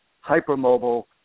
hyper-mobile